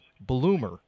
Bloomer